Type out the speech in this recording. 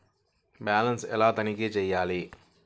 Balance ఎలా తనిఖీ చేయాలి?